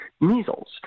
measles